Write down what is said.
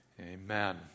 amen